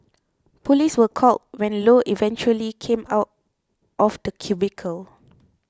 police were called when Low eventually came out of the cubicle